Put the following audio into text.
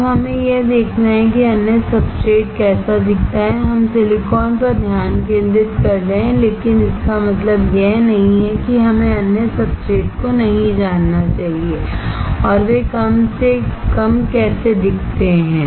अब हमें यह देखना है कि अन्य सब्सट्रेट कैसा दिखता है हम सिलिकॉन पर ध्यान केंद्रित कर रहे हैं लेकिन इसका मतलब यह नहीं है कि हमें अन्य सब्सट्रेट को नहीं जानना चाहिए और वे कम से कम कैसे दिखते हैं